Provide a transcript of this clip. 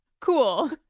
Cool